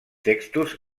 textos